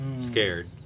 Scared